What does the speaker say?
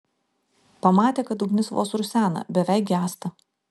pamatė kad ugnis vos rusena beveik gęsta